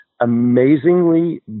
amazingly